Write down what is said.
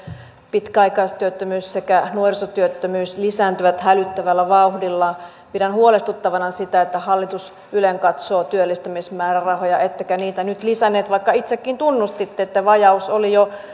pitkäaikaistyöttömyys sekä nuorisotyöttömyys lisääntyvät hälyttävällä vauhdilla pidän huolestuttavana sitä että hallitus ylenkatsoo työllistämismäärärahoja ettekä niitä nyt lisänneet vaikka itsekin tunnustitte että vajaus oli jo